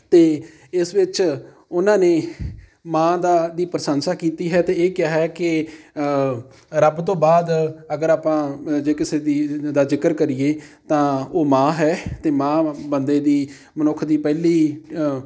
ਅਤੇ ਇਸ ਵਿੱਚ ਉਹਨਾਂ ਨੇ ਮਾਂ ਦਾ ਦੀ ਪ੍ਰਸ਼ੰਸਾ ਕੀਤੀ ਹੈ ਅਤੇ ਇਹ ਕਿਹਾ ਹੈ ਕਿ ਰੱਬ ਤੋਂ ਬਾਅਦ ਅਗਰ ਆਪਾਂ ਜੇ ਕਿਸੇ ਦੀ ਦਾ ਜ਼ਿਕਰ ਕਰੀਏ ਤਾਂ ਉਹ ਮਾਂ ਹੈ ਅਤੇ ਮਾਂ ਬੰਦੇ ਦੀ ਮਨੁੱਖ ਦੀ ਪਹਿਲੀ